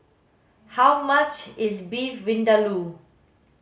how much is Beef Vindaloo